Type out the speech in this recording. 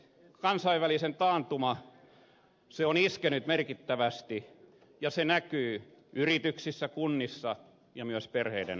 kansainvälinen taantuma on iskenyt merkittävästi ja se näkyy yrityksissä kunnissa ja myös perheiden arjessa